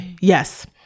Yes